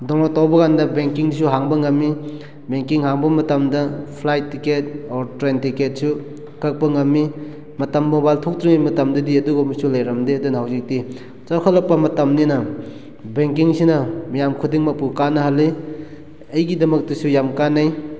download ꯇꯧꯕꯀꯥꯟꯗ ꯕꯦꯡꯀꯤꯡꯒꯤꯁꯨ ꯍꯥꯡꯕ ꯉꯝꯃꯤ ꯕꯦꯡꯀꯤꯡ ꯍꯥꯡꯕ ꯃꯇꯝꯗ ꯐ꯭ꯂꯥꯏꯠ ꯇꯤꯛꯀꯦꯠ ꯑꯣꯔ ꯇ꯭ꯔꯦꯟ ꯇꯤꯛꯀꯦꯠꯁꯨ ꯀꯛꯄ ꯉꯝꯃꯤ ꯃꯇꯝ ꯃꯣꯕꯥꯏꯜ ꯊꯣꯛꯇ꯭ꯔꯤꯉꯩ ꯃꯇꯝꯗꯗꯤ ꯑꯗꯨꯒꯨꯝꯕꯁꯨ ꯂꯩꯔꯝꯗꯦ ꯑꯗꯨꯅ ꯍꯧꯖꯤꯛꯇꯤ ꯆꯥꯎꯈꯠꯂꯛꯄ ꯃꯇꯝꯅꯤꯅ ꯕꯦꯡꯀꯤꯡꯁꯤꯅ ꯃꯤꯌꯥꯝ ꯈꯨꯗꯤꯡꯃꯛꯄꯨ ꯀꯥꯟꯅꯍꯜꯂꯤ ꯑꯩꯒꯤꯗꯃꯛꯇꯁꯨ ꯌꯥꯝ ꯀꯥꯟꯅꯩ